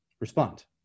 respond